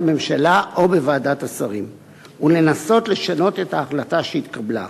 הממשלה או בוועדת השרים ולנסות לשנות את ההחלטה שהתקבלה.